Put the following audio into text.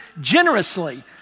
generously